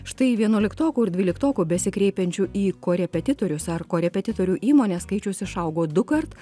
štai vienuoliktokų ir dvyliktokų besikreipiančių į korepetitorius ar korepetitorių įmones skaičius išaugo dukart